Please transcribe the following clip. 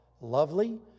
lovely